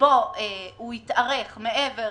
שבו הוא יתארך מעבר